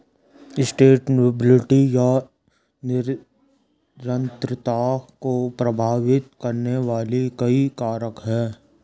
sustainability या निरंतरता को प्रभावित करने वाले कई कारक हैं